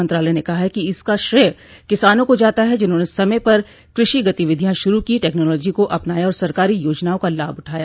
मंत्रालय ने कहा है कि इसका श्रय किसानों को जाता है जिन्होंने समय पर कृषि गतिविधियां शुरू की टेक्नोलॉजी को अपनाया और सरकारी योजनाओं का लाभ उठाया